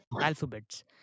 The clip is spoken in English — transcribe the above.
Alphabets